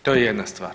To je jedna stvar.